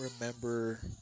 remember